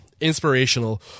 inspirational